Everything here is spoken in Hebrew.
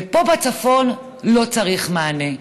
ופה בצפון לא צריך מענה.